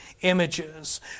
images